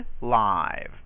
live